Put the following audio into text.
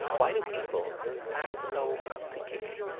why do people act so unthinkingly?